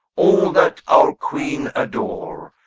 all that our queen adore,